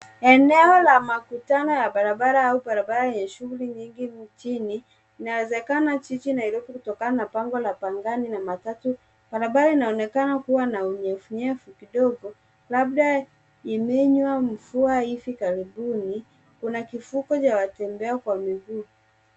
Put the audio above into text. Eneo la makutano ya barabara au barabara yenye shughuli nyingi nchini, inawezekana jiji Nairobi kutokana na bango la Pangani na matatu. Barabara inaonekana kuwa na unyevunyevu kidogo, labda imenywa mvua hivi karibuni. Kuna kifuko cha watembea kwa miguu.